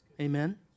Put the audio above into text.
Amen